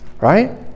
Right